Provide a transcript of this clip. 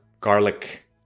garlic